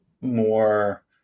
more